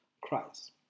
Christ